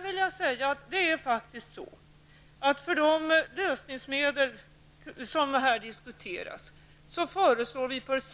Vi föreslår avveckling av samtliga de lösningsmedel som här diskuteras